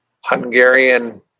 Hungarian